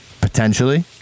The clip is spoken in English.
potentially